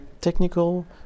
technical